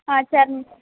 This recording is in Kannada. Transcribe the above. ಹಾಂ ಚರ್ಮ